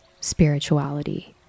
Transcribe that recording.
spirituality